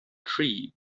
tree